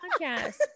podcast